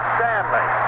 Stanley